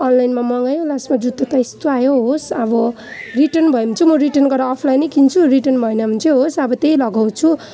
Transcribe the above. अनलाइनमा मगायो लासमा जुत्ता त यस्तो आयो होस् अब रिटर्न भयो भने चाहिँ म रिटर्न गरेर म अफलाइनै किन्छु रिटर्न भएन भने चाहिँ होस् अब त्यही लगाउँछु